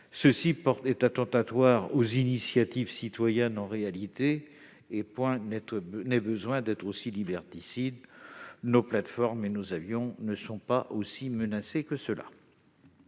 et attentatoires aux initiatives citoyennes : point n'est besoin d'être si liberticide ! Nos plateformes et nos avions ne sont pas si menacés que cela.